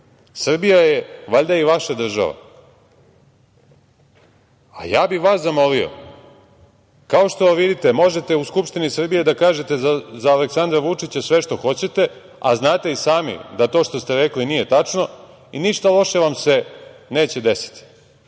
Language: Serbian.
Srbija je valjda i vaša država. Ja bih vas zamolio, kao što vidite, možete u Skupštini Srbije da kažete za Aleksandra Vučića sve što hoćete, a znate i sami da to što ste rekli nije tačno i ništa loše vam se neće desiti.